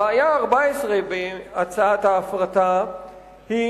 הבעיה הארבע-עשרה בהצעת ההפרטה היא